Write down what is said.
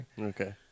okay